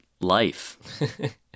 life